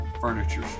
Furniture